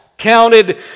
Counted